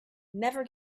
never